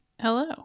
Hello